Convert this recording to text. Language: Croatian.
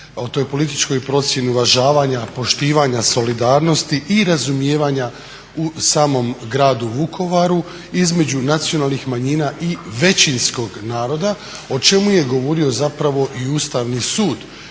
o toj političkoj procjeni uvažavanja, poštivanja, solidarnosti i razumijevanja u samom Gradu Vukovaru između nacionalnih manjina i većinskog naroda o čemu je govorio zapravo i Ustavni sud.